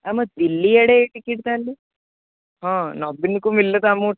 ଆମ ଦିଲ୍ଲୀ ଆଡ଼େ ଟିକେଟ୍ ତାହାଲେ ହଁ ନବୀନ୍କୁ ମିଳିଲେ ତ ଆମକୁ